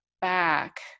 back